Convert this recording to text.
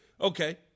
Okay